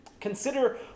Consider